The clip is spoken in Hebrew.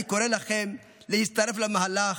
אני קורא לכם להצטרף למהלך,